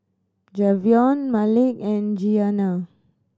Javion Malik and Giana